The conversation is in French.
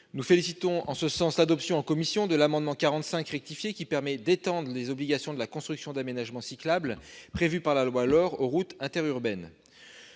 nous félicitons, en ce sens, de l'adoption en commission de l'amendement 45 rectifié, qui permet d'étendre les obligations de construction d'aménagements cyclables, prévues par la loi sur l'air